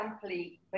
simply